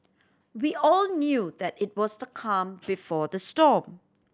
we all knew that it was the calm before the storm